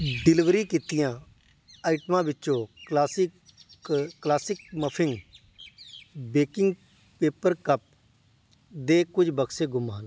delivery ਕੀਤੀਆਂ ਆਈਟਮਾਂ ਵਿੱਚੋਂ classic classic muffin baking paper cup ਦੇ ਕੁਝ ਬਕਸੇ ਗੁੰਮ ਹਨ